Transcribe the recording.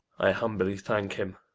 i humbly thank him,